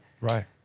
right